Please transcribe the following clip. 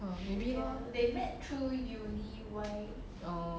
oh maybe lor oh